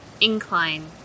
incline